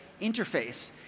interface